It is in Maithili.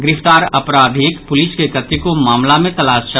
गिरफ्तार अपराधीक पुलिस के कतेको मामिला मे तलाश छल